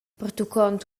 pertuccont